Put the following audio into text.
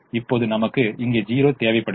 இப்போது நமக்கு இங்கே 0 தேவைப்படுகிறது